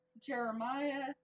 Jeremiah